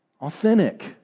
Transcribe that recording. Authentic